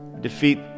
defeat